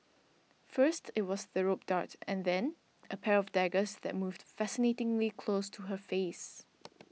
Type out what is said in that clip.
first it was the rope dart and then a pair of daggers that moved fascinatingly close to her face